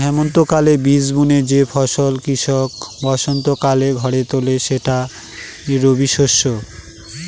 হেমন্তকালে বীজ বুনে যে ফসল কৃষক বসন্তকালে ঘরে তোলে সেটাই রবিশস্য